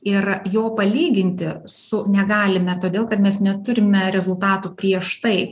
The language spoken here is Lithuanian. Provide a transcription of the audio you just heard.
ir jo palyginti su negalime todėl kad mes neturime rezultatų prieš tai